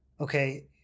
Okay